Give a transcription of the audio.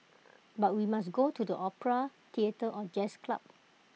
but we must go to the opera theatre or jazz club